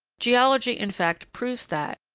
geology, in fact, proves that,